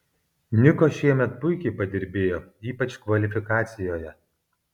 niko šiemet puikiai padirbėjo ypač kvalifikacijoje